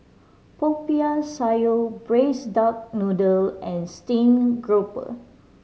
Popiah Sayur Braised Duck Noodle and steamed grouper